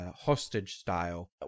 hostage-style